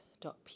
dot